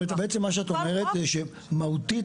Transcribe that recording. בעצם מה שאת אומרת זה שמהותית,